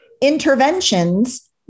interventions